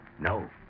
No